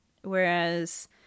whereas